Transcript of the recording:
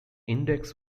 index